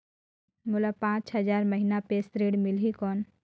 मोला पांच हजार महीना पे ऋण मिलही कौन?